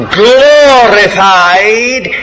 glorified